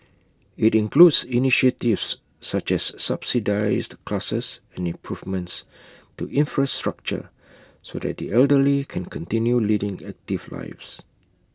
IT includes initiatives such as subsidised classes and improvements to infrastructure so that the elderly can continue leading active lives